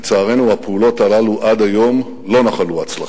לצערנו, הפעולות הללו עד היום לא נחלו הצלחה.